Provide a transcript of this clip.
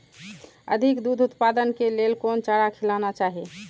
अधिक दूध उत्पादन के लेल कोन चारा खिलाना चाही?